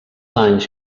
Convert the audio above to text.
anys